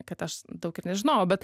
kad aš daug ir nežinojau bet